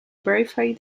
verify